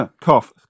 cough